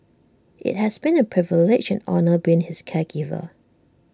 IT has been A privilege and honour being his caregiver